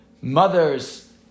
mother's